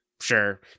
sure